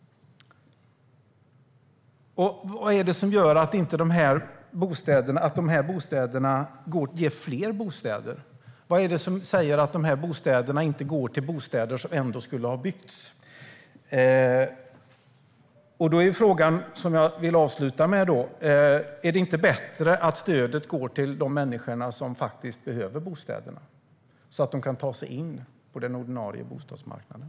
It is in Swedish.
Vad är det som gör att dessa stöd till bostäder gör att det blir fler bostäder? Vad är det som säger att inte dessa stöd går till bostäder som ändå skulle ha byggts? Är det inte bättre att stödet går till de människor som behöver bostäderna så att de kan ta sig in på den ordinarie bostadsmarknaden?